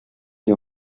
lui